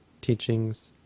teachings